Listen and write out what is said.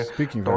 Speaking